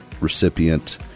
recipient